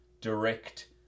direct